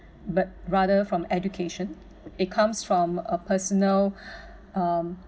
but rather from education it comes from a personal um